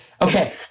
Okay